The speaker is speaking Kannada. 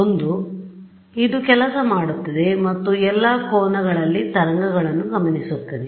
ಒಂದು ಇದು ಕೆಲಸ ಮಾಡುತ್ತದೆ ಮತ್ತು ಎಲ್ಲಾ ಕೋನಗಳಲ್ಲಿ ತರಂಗಗಳನ್ನು ಗಮನಿಸುತ್ತದೆ